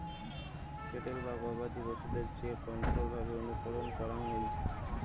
cattle বা গবাদি পশুদের যে কন্ট্রোল্ড ভাবে অনুকরণ করাঙ হই